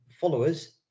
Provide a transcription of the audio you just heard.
followers